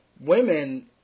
Women